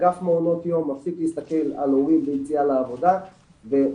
אגף מעונות יום מפסיק להסתכל על הורים ביציאה לעבודה וחוזר